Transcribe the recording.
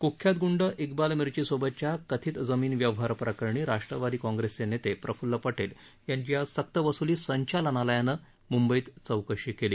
कृख्यात गुंड इक्बाल मिर्चीसोबतच्या कथित जमीन व्यवहार प्रकरणी राष्ट्रवादी काँप्रेसचे नेते प्रफूल्ल पटेल यांची सक्तवसुली संचालनालयानं आज मुंबईत चौकशी केली